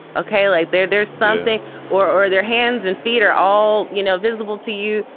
okay. like they're their something or or their hands and feet are all, you know, visible to you.